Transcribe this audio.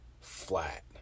flat